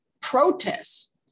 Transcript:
protests